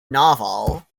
novel